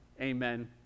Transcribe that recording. Amen